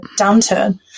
downturn